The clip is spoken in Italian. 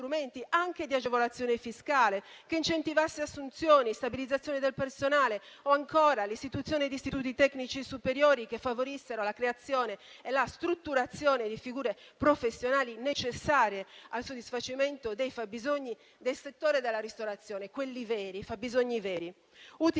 anche di agevolazione fiscale, che incentivasse assunzioni, stabilizzazioni del personale o ancora l'istituzione di istituti tecnici superiori che favorissero la creazione e la strutturazione di figure professionali necessarie al soddisfacimento dei fabbisogni - quelli veri - del settore della ristorazione. Utile